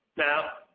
now,